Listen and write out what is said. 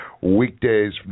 Weekdays